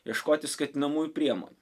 ieškoti skatinamųjų priemonių